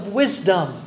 wisdom